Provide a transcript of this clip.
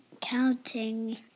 counting